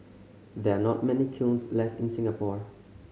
there are not many kilns left in Singapore